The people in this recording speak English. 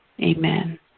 Amen